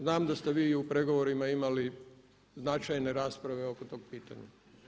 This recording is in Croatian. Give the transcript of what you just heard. Znam da ste vi i u pregovorima imali značajne rasprave oko tog pitanja.